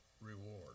reward